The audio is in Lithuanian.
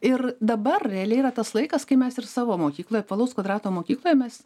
ir dabar realiai yra tas laikas kai mes ir savo mokykloj apvalaus kvadrato mokykloj mes